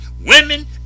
women